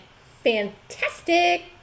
Fantastic